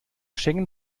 schengen